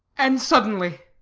and suddenly